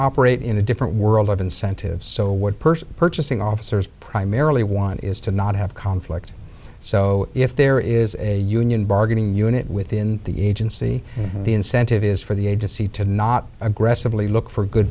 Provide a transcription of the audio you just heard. operate in a different world of incentives so what person purchasing officers primarily want is to not have conflict so if there is a union bargaining unit within the agency the incentive is for the agency to not aggressively look for good